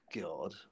God